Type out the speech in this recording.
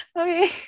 Okay